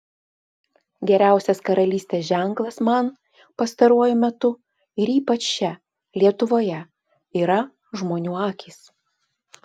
geriausias karalystės ženklas man pastaruoju metu ir ypač čia lietuvoje yra žmonių akys